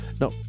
No